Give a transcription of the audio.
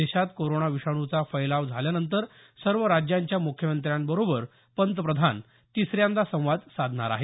देशात कोरोना विषाणूचा फैलाव झाल्यानंतर सर्व राज्यांच्या मुख्यमंत्र्यांबरोबर पंतप्रधान तिसऱ्यांदा संवाद साधणार आहेत